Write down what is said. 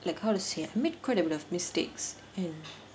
like how to say I made quite enough mistakes and